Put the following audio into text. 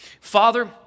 Father